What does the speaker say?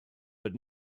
but